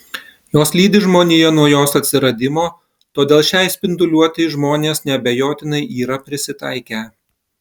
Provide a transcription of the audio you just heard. jos lydi žmoniją nuo jos atsiradimo todėl šiai spinduliuotei žmonės neabejotinai yra prisitaikę